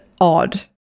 odd